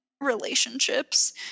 relationships